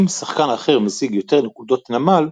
אם שחקן אחר משיג יותר נקודות נמל,